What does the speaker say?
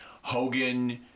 Hogan